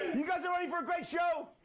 you guys all ready for a great show?